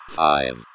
five